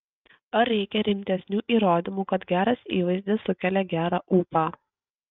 ar reikia rimtesnių įrodymų kad geras įvaizdis sukelia gerą ūpą